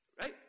right